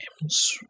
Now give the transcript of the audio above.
games